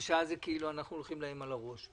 כי אז זה כאילו אנחנו "הולכים להם על הראש".